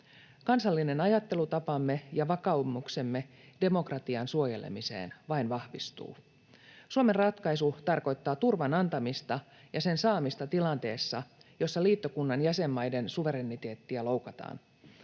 Kansallinen ajattelutapamme ja vakaumuksemme demokratian suojelemiseen vain vahvistuu. Suomen ratkaisu tarkoittaa turvan antamista ja sen saamista tilanteessa, jossa liittokunnan jäsenmaiden suvereniteettia loukataan.